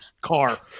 car